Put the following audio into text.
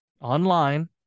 online